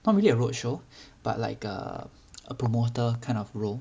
not really a roadshow but like a a promoter kind of role